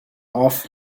off